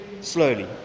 slowly